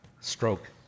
stroke